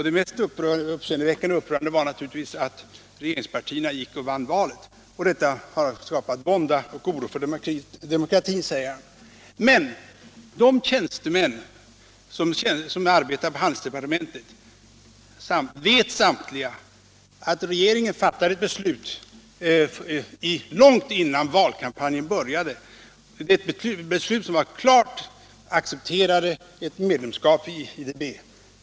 Det mest uppseendeväckande och upprörande var naturligtvis att regeringspartierna råkade vinna valet, vilket han menar har skapat vånda och oro för demokratin. Men samtliga tjänstemän som arbetar på handelsdepartementet vet, att regeringen fattade ett beslut långt innan valkampanjen började, och detta innebar att man klart accepterade ett medlemskap i IDB.